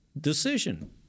decision